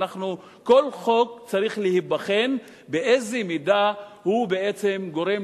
כל חוק צריך להיבחן באיזו מידה הוא בעצם גורם